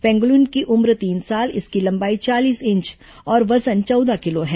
pangolin की उम्र तीन साल इसकी लंबाई चालीस इंच और वजन चौदह किलो है